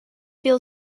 feel